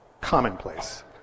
commonplace